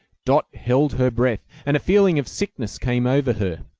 dot held her breath, and a feeling of sickness came over her.